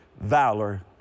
valor